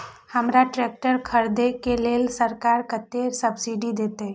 हमरा ट्रैक्टर खरदे के लेल सरकार कतेक सब्सीडी देते?